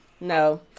No